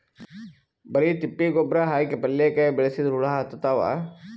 ಬರಿ ತಿಪ್ಪಿ ಗೊಬ್ಬರ ಹಾಕಿ ಪಲ್ಯಾಕಾಯಿ ಬೆಳಸಿದ್ರ ಹುಳ ಹತ್ತತಾವ?